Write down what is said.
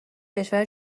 کشور